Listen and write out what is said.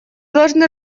должны